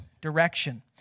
direction